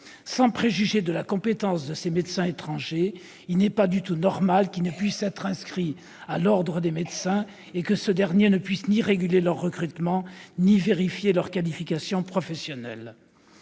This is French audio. Sans préjuger de la compétence de ces médecins étrangers, il faut souligner qu'il n'est pas du tout normal qu'ils ne puissent être inscrits à l'ordre des médecins et que ce dernier ne puisse ni réguler leur recrutement ni vérifier leurs qualifications professionnelles.